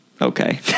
Okay